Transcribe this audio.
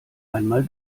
einmal